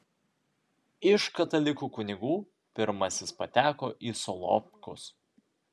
iš katalikų kunigų pirmasis pateko į solovkus